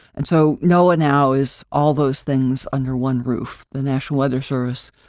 and so, noaa now, is all those things under one roof, the national weather service,